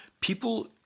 People